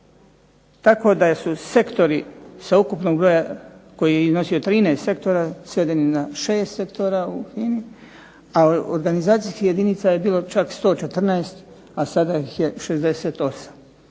tako da su sektori sa ukupnog broja koji je iznosio 13 sektora, svedeni na 6 sektora u FINA-i, a organizacijskih jedinica je bilo čak 114, a sada ih je 68.